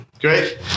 great